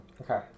Okay